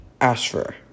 Asher